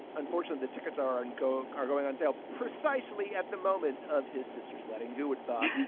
unfortunate the tickets are on go are going on sale precisely at the moment of his sister's wedding. who would thought